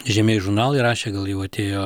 žymieji žurnalai rašė gal jau atėjo